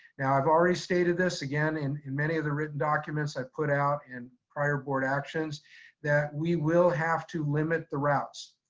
now i've already stated this again in in many of the written documents i've put out and prior board actions that we will have to limit the routes.